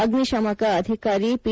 ಅಗ್ನಿಶಾಮಕ ಅಧಿಕಾರಿ ಪಿ